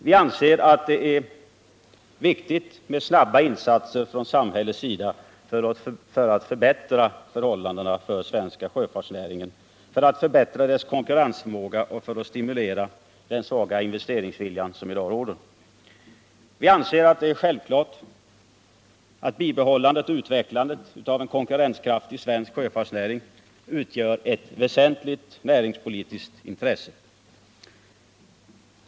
Vi anser att det är viktigt med snara insatser från samhällets sida för att förbättra förhållandena för den svenska sjöfartsnäringen, för att förbättra dess konkurrensförmåga och stimulera den svaga investeringsvilja som i dag råder. Vi anser det är självklart att ett bibehållande och utvecklande av en konkurrenskraftig svensk sjöfartsnäring utgör ett väsentligt näringspolitiskt intresse.